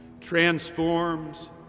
transforms